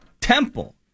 Temple